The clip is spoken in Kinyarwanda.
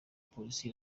polisi